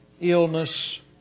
illness